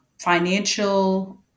financial